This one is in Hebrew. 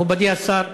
מכובדי השר,